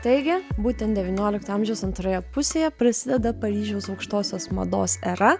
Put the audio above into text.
taigi būtent devyniolikto amžiaus antroje pusėje prasideda paryžiaus aukštosios mados era